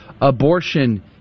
abortion